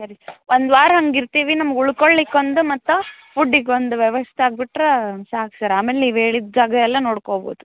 ಸರಿ ಒಂದು ವಾರ ಹಂಗಿರ್ತಿವಿ ನಮ್ಗೆ ಉಳ್ಕೊಳ್ಲಿಕ್ಕೆ ಒಂದು ಮತ್ತು ಫುಡ್ಡಿಗೊಂದು ವ್ಯವಸ್ಥೆ ಆಗ್ಬಿಟ್ರೆ ಸಾಕು ಸರ್ ಆಮೇಲೆ ನೀವು ಹೇಳಿದ್ ಜಾಗ ಎಲ್ಲ ನೋಡ್ಕೊಳ್ಬೋದು